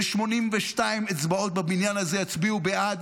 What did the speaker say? ו-82 אצבעות בבניין הזה יצביעו בעד.